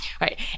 right